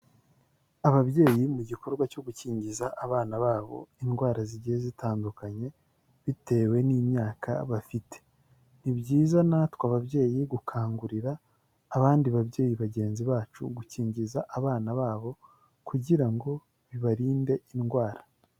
Ababyeyi mu gikorwa cyo gukingiza abana babo indwara zigiye zitandukanye bitewe n'imyaka bafite. Ni byiza natwe ababyeyi gukangurira abandi babyeyi bagenzi bacu gukingiza abana babo kugira ngo bibarinde indwara.